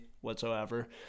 whatsoever